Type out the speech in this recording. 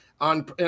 on